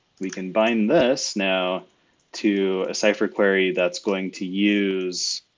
we can bind this now to a cipher query that's going to use